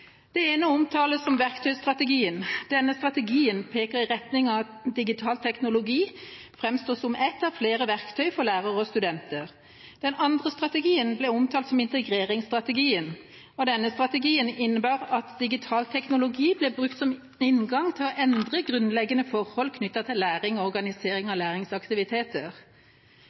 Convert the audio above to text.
ene omtales som «verktøystrategien». Denne strategien peker i retning av at digital teknologi framstår som ett av flere verktøy for lærere og studenter. Den andre strategien ble omtalt som integreringsstrategien. Denne strategien innebærer at digital teknologi blir brukt som inngang til å endre grunnleggende forhold knyttet til læring og organisering av